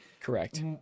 Correct